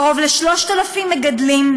קרוב ל-3,000 מגדלים,